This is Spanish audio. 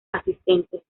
asistentes